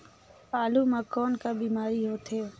आलू म कौन का बीमारी होथे?